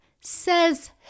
Says